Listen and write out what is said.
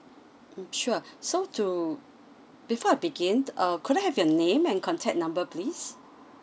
mm sure so to before I begin err could I have your name and contact number please